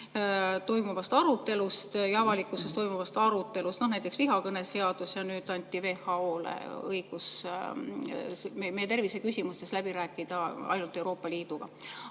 toimuvast arutelust ja avalikkuses toimuvast arutelust. Näiteks, vihakõneseadus ja nüüd anti WHO-le õigus meie terviseküsimustes läbi rääkida ainult Euroopa Liiduga. Aga